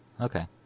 Okay